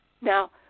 Now